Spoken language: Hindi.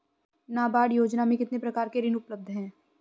नाबार्ड योजना में कितने प्रकार के ऋण उपलब्ध हैं?